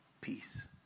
peace